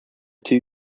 two